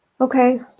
okay